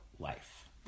life